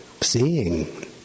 seeing